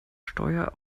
steuer